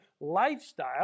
lifestyle